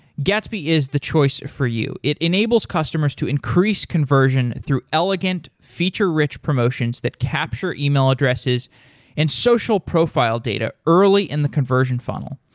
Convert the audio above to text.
gatsby is the choice for you. it enables customers to increase conversion through elegant feature-rich promotions that can capture email addresses and social profile data early in the conversion funnel.